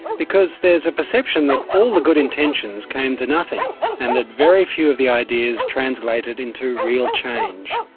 because there's a perception that all the good intentions came to nothing and that very few of the ideas translated into real change.